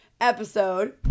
episode